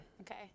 Okay